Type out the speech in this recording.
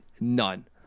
None